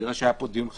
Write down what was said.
נראה שהיה פה דיון חשוב,